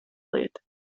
lieta